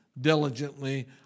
diligently